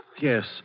Yes